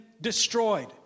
destroyed